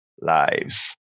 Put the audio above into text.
lives